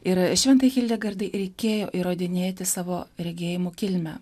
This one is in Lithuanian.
ir šventai hildegardai reikėjo įrodinėti savo regėjimų kilmę